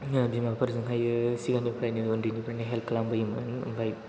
बिमाफोरजों सिगांनिफ्रायनो उन्दैनिफायनो हेल्प खालामबोयोमोन ओमफ्राय